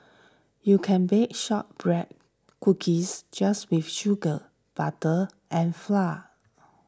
you can bake Shortbread Cookies just with sugar butter and flour